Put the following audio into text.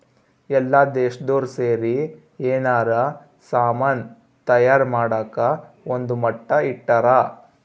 ಎಲ್ಲ ದೇಶ್ದೊರ್ ಸೇರಿ ಯೆನಾರ ಸಾಮನ್ ತಯಾರ್ ಮಾಡಕ ಒಂದ್ ಮಟ್ಟ ಇಟ್ಟರ